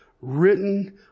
written